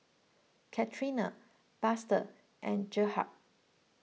Katrina Buster and Gerhardt